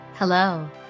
Hello